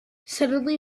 suddenly